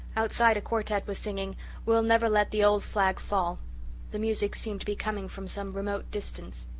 outside, a quartette was singing we'll never let the old flag fall the music seemed to be coming from some remote distance.